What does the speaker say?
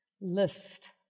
list